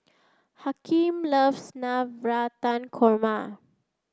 Hakeem loves Navratan Korma